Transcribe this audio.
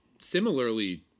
similarly